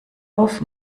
auf